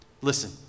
Listen